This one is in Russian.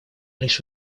лишь